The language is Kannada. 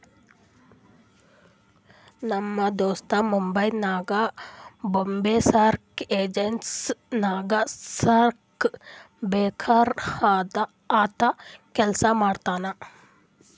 ನಮ್ ದೋಸ್ತ ಮುಂಬೈನಾಗ್ ಬೊಂಬೈ ಸ್ಟಾಕ್ ಎಕ್ಸ್ಚೇಂಜ್ ನಾಗ್ ಸ್ಟಾಕ್ ಬ್ರೋಕರ್ ಅಂತ್ ಕೆಲ್ಸಾ ಮಾಡ್ತಾನ್